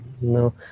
No